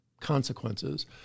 consequences